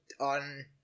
on